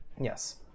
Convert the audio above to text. Yes